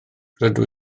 rydw